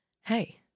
hey